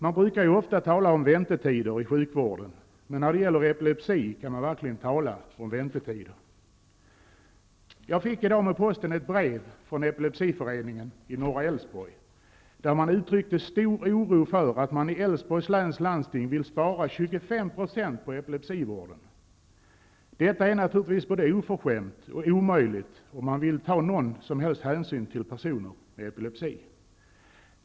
Man brukar ju ofta tala om väntetider i sjukvården, men när det gäller epilepsi kan man verkligen tala om väntetider. Jag fick i dag med posten ett brev från Epilepsiföreningen i norra Älvsborg, där man uttryckte stor oro för att man i Älvsborgs läns landsting vill spara 25 % på epilepsivården. Detta är naturligtvis både oförskämt och omöjligt om man vill ta hänsyn till personer med epilepsi.